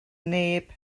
neb